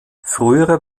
frühere